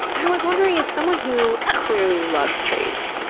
i was wondering, as someone who clearly loves trees,